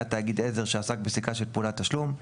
היה תאגיד עזר שעסק בסליקה של פעולת תשלום,